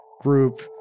group